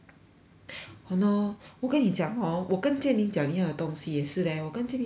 !hannor! 我跟你讲 hor 我跟 jian ming 的东西也是 leh 我跟 jian ming 讲说